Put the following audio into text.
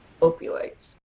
opioids